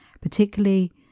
particularly